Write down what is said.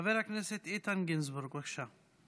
חבר הכנסת איתן גינזבורג, בבקשה.